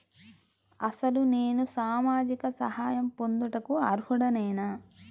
అసలు నేను సామాజిక సహాయం పొందుటకు అర్హుడనేన?